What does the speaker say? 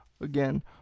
Again